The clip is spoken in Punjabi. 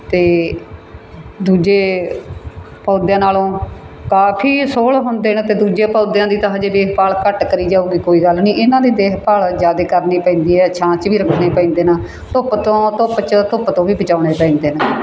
ਅਤੇ ਦੂਜੇ ਪੌਦਿਆਂ ਨਾਲੋਂ ਕਾਫੀ ਸੋਹਲ ਹੁੰਦੇ ਨੇ ਅਤੇ ਦੂਜੇ ਪੌਦਿਆਂ ਦੀ ਤਾਂ ਹਜੇ ਤਾਂ ਦੇਖਭਾਲ ਹਜੇ ਘੱਟ ਕਰੀ ਜਾਊਗੀ ਕੋਈ ਗੱਲ ਨਹੀਂ ਇਹਨਾਂ ਦੀ ਦੇਖਭਾਲ ਜ਼ਿਆਦਾ ਕਰਨੀ ਪੈਂਦੀ ਹੈ ਛਾਂ 'ਚ ਵੀ ਰੱਖਣੇ ਪੈਂਦੇ ਹਨ ਧੁੱਪ ਤੋਂ ਧੁੱਪ 'ਚ ਧੁੱਪ ਤੋਂ ਵੀ ਬਚਾਉਣੇ ਪੈਂਦੇ ਨੇ